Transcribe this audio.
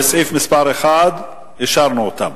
וסעיף מס' 1, אישרנו אותם